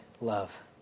love